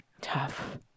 tough